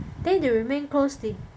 then if they remain close they